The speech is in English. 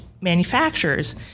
manufacturers